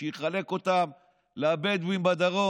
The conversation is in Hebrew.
שיחלק אותם לבדואים בדרום.